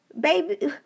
baby